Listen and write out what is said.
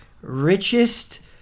richest